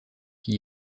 qui